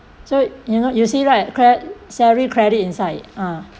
so you know you see right cre~ salary credit inside ah